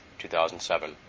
2007